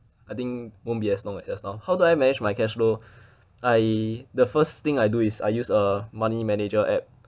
I think won't be as long as just now how do I manage my cash flow I the first thing I do is I use a money manager app